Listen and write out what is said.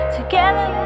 Together